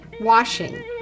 washing